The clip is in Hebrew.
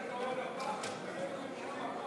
אנחנו עוברים להצעת החוק הבאה, הצעת חוק ההוצאה